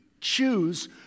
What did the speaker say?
choose